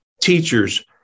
teachers